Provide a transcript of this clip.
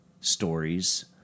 stories